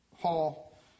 hall